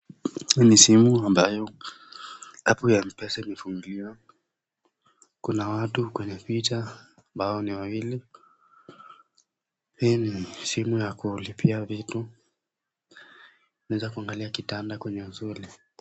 Hii ni simu ambayo app ya M-pesa imefunguliwa, kuna watu kwenye picha ambao ni wawili, hii ni simu ya kulipia vitu, inaeza kuangalia kitanda kwenye usuli.